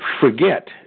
forget